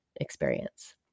experience